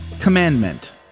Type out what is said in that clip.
commandment